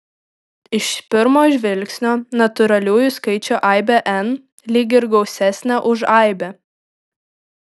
iš pirmo žvilgsnio natūraliųjų skaičių aibė n lyg ir gausesnė už aibę